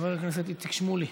חבר הכנסת איציק שמולי,